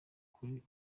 kuri